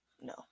No